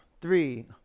three